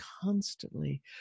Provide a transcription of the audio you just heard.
constantly